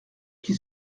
qui